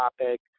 topic